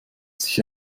sich